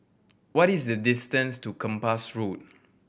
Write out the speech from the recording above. what is the distance to Kempas Road